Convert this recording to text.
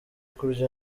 kurya